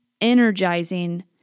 energizing